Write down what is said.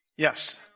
Yes